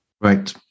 Right